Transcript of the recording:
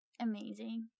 amazing